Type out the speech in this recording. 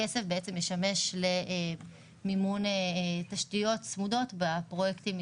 הכסף ישמש למימון תשתיות צמודות בפרויקטים של